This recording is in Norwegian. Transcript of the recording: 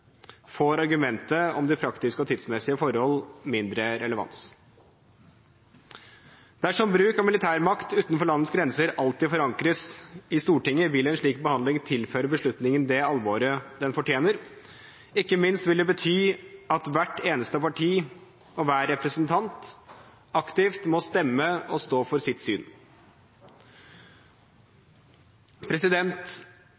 får argumentet om de praktiske og tidsmessige forhold mindre relevans. Dersom bruk av militærmakt utenfor landets grenser alltid forankres i Stortinget, vil en slik behandling tilføre beslutningen det alvoret den fortjener. Ikke minst vil det bety at hvert eneste parti og hver eneste representant aktivt må stemme og stå for sitt